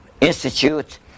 institute